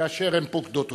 כאשר הן פוקדות אותה.